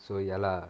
so ya lah